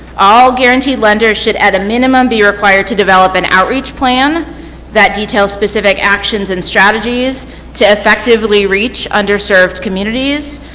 all guaranteed lenders should at a minimum be required to develop an outreach plan that details specific actions and strategies to effectively reach underserved communities,